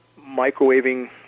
microwaving